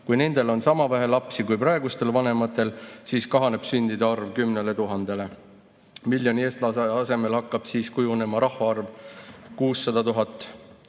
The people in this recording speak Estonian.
Kui nendel on sama vähe lapsi kui praegustel vanematel, siis kahaneb sündide arv 10 000-le. Miljoni eestlase asemel hakkab siis kujunema rahvaarv 600 000